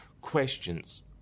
questions